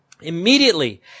Immediately